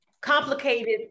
complicated